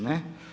Ne.